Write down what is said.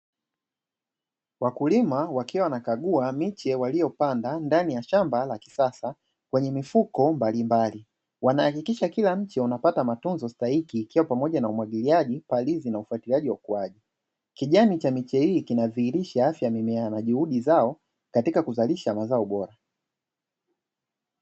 Wakulima wakiwa wanakagua miche waliopanda ndani ya shamba la kisasa kwenye mifuko mbalimbali wanahakikisha kila mke unapata matunzo stahiki ikiwa pamoja na umwagiliaji palizi na ufuatiliaji wa ukuaji kijani cha miche hii, kinadhihirisha afya mimea na juhudi zao katika kuzalisha mazao bora.